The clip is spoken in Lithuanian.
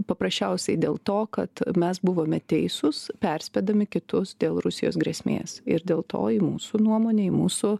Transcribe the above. paprasčiausiai dėl to kad mes buvome teisūs perspėdami kitus dėl rusijos grėsmės ir dėl to ji mūsų nuomonei mūsų